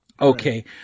Okay